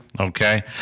okay